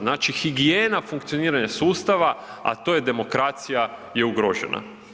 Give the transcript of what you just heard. Znači higijena funkcioniranja sustava, a to je demokracija je ugrožena.